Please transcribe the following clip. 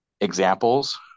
examples